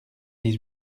dix